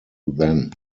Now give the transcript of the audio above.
then